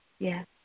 Yes